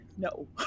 No